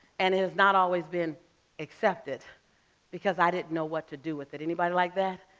and it has not always been accepted because i didn't know what to do with it. anybody like that?